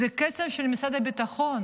זה כסף של משרד הביטחון.